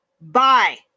bye